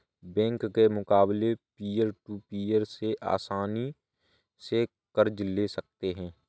bank के मुकाबले peer to peer से आसनी से कर्ज ले सकते है